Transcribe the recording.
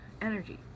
energy